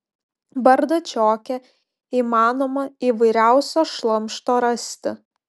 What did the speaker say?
bardačioke įmanoma įvairiausio šlamšto rasti